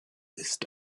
isst